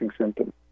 symptoms